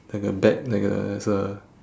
like a bag like a there's a